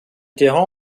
terrain